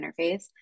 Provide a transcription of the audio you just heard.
interface